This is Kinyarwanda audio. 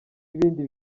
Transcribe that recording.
ibindi